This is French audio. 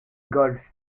golf